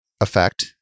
effect